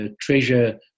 treasure